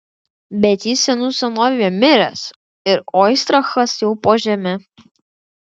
bet jis senų senovėje miręs ir oistrachas jau po žeme